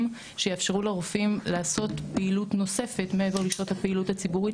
שיאפשרו לרופאים לעשות פעילות נוספת מעבר לשעות הפעילות הציבורית